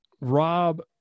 Rob